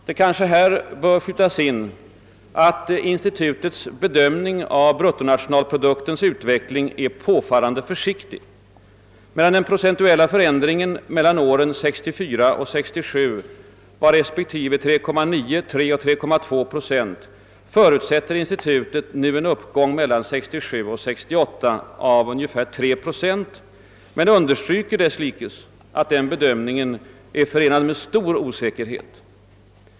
Det kanske här bör skjutas in att institutets bedömning av bruttonationalproduktens utveckling är påfallande försiktig. Medan den procentuella förändringen mellan åren 1964 och 1967 var respektive 3,9, 3 och 3,2 procent, förutsätter institutet nu en uppgång, mellan 1967 och 1968, av ungefär 3 procent men understryker desslikes att den bedömningen är förenad med stor osäkerhet.